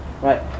right